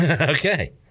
okay